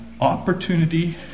opportunity